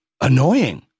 annoying